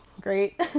great